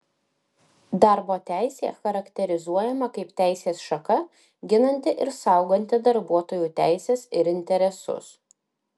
darbo teisė charakterizuojama kaip teisės šaka ginanti ir sauganti darbuotojų teises ir interesus